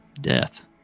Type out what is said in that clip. death